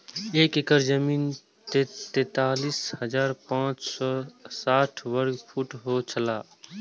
एक एकड़ जमीन तैंतालीस हजार पांच सौ साठ वर्ग फुट होय छला